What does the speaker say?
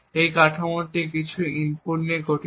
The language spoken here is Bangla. এই কাঠামোটি কিছু ইনপুট নিয়ে গঠিত